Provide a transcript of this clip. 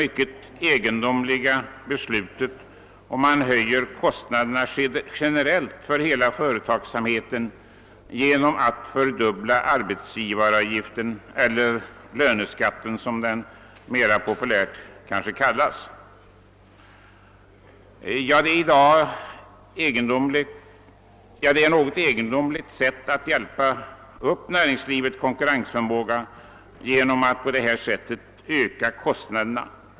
Man har fattat beslutet att generellt höja kostnaderna för hela företagsamheten genom att fördubbla arbetsgivaravgiften, mera populärt kallad löneskatten. Det är ett något egendomligt sätt att hjälpa upp näringslivets konkurrensförmåga att sålunda öka dess kostnader.